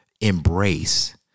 embrace